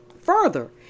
Further